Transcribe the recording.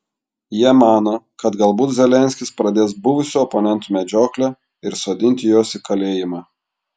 jie mano kad galbūt zelenskis pradės buvusių oponentų medžioklę ir sodinti juos į kalėjimą